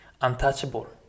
untouchable